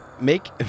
Make